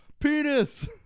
penis